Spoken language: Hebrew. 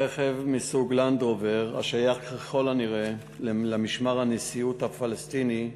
רכב מסוג "לנדרובר" השייך ככל הנראה למשמר הנשיאות הפלסטיני,